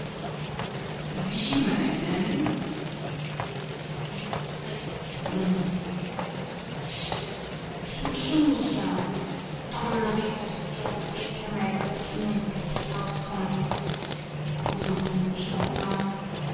wie meinen jetzt dreht er sich um den kenn ich ja donnerwetter das ist ja der bäckermeister der immer ins kaffeehaus kommt was macht denn der da